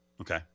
Okay